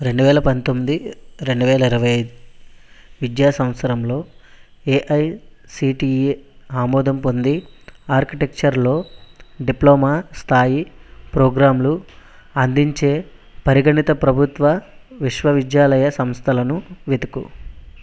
రెండువేల పంతొమ్మిది రెండువేల ఇరవై విద్యా సంవత్సరంలో ఏఐసిటిఈ ఆమోదం పొంది ఆర్కిటెక్చర్లో డిప్లొమా స్థాయి ప్రోగ్రాంలు అందించే పరిగణిత ప్రభుత్వ విశ్వవిద్యాలయ సంస్థలను వెతుకు